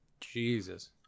Jesus